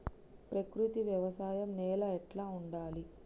ప్రకృతి వ్యవసాయం నేల ఎట్లా ఉండాలి?